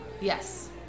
yes